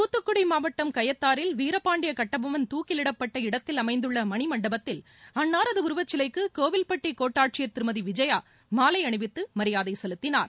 தூத்துக்குடி மாவட்டம் கயத்தாறில் வீரபாண்டிய கட்டபொம்மன் தூக்கிலிடப்பட்ட இடத்தில் அமைந்துள்ள மணிமண்டபத்தில் அன்னாரது உருவச்சிலைக்கு கோவில்பட்டி கோட்டாட்சியர் திருமதி விஜயா மாலை அணிவித்து மரியாதை செலுத்தினார்